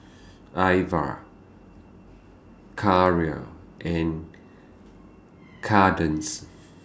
Irva Karel and Kadence